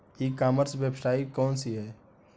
ई commerce website कौन सी है?